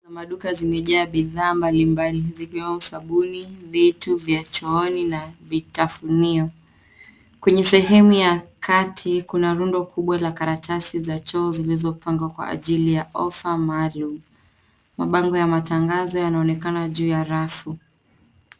Maduka zimejaa bidhaa mbali mbali zikiwemo sabuni, vitu vya chooni na vitafunio. Kwenye sehemu ya kati kuna rundo kubwa la karatasi za choo zilizopangwa kwa ajili ya ofa maalum. Mabango ya matangazo yanaonekana juu ya rafu.